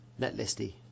netlisty